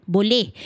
Boleh